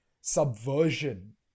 subversion